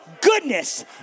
Goodness